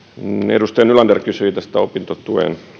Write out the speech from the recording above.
edustaja nylander kysyi tästä opintotuen